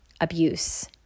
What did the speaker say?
Abuse